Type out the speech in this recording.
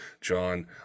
John